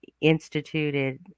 instituted